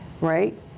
right